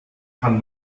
kann